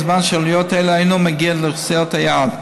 בזמן שעלויות אלו אינן מגיעות לאוכלוסיית היעד.